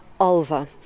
Alva